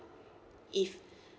if